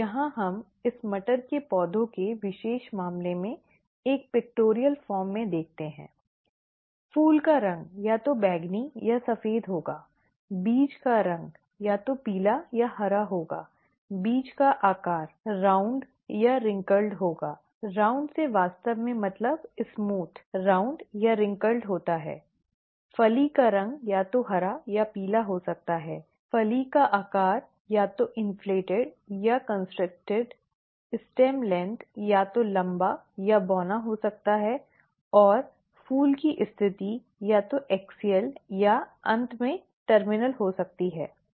यहां हम इस मटर के पौधों के विशेष मामले में एक सचित्र रूप में देखते हैं फूल का रंग या तो बैंगनी या सफेद होगा बीज का रंग या तो पीला या हरा होगा बीज का आकार गोल या झुर्रीदार होगा गोल से वास्तव में मतलब चिकना गोल या झुर्रीदार होता है फली का रंग या तो हरा या पीला हो सकता है फली का आकार या तो फुलाया या संकुचित स्टेम लंबाई या तो लंबा या बौना हो सकता है और फूल की स्थिति या तो अक्षीय या अंत में टर्मिनल हो सकती है ठीक है